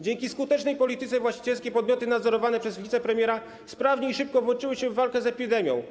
Dzięki skutecznej polityce właścicielskiej podmioty nadzorowane przez wicepremiera sprawnie i szybko włączyły się w walkę z epidemią.